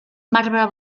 marbre